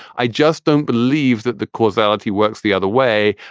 i just don't believe that the causality works the other way.